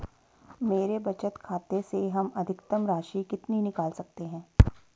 मेरे बचत खाते से हम अधिकतम राशि कितनी निकाल सकते हैं?